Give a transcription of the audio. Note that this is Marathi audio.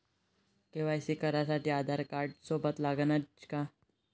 के.वाय.सी करासाठी आधारकार्ड सोबत लागनच का?